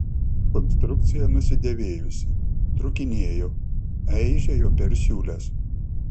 konstrukcija nusidėvėjusi trūkinėjo eižėjo per siūles